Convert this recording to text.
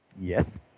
Yes